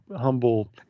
humble